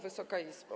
Wysoka Izbo!